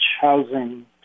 housing